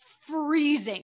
freezing